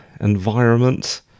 environment